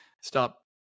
stop